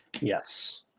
Yes